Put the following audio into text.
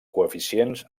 coeficients